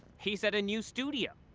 he's at a new studio.